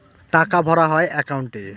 টাকা ভরা হয় একাউন্টে